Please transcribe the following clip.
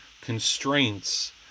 constraints